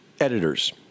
editors